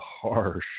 harsh